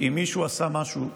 אם מישהו עשה משהו,